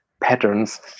patterns